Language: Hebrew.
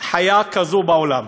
חיה כזו בעולם.